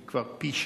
היא כבר פי-שלושה.